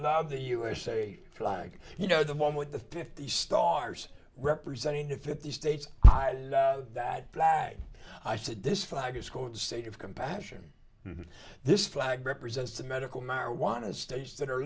love the usa flag you know the one with the fifty stars representing the fifty states that plaid i said this flag is called the state of compassion and this flag represents the medical marijuana states that are